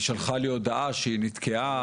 והיא שלחה לי הודעה שהיא נתקעה,